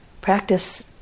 practice